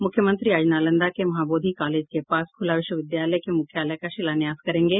मुख्यमंत्री आज नालंदा के महाबोधी कॉलेज के पास खूला विश्वविद्यालय के मुख्यालय का शिलान्यास करेंगे